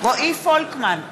רועי פולקמן,